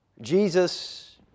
Jesus